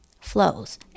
flows